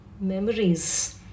memories